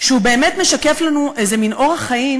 שהוא באמת משקף לנו איזה מין אורח חיים